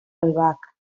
albahaca